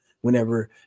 whenever